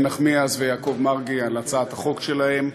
נחמיאס ויעקב מרגי על הצעת החוק שלהם.